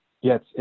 yes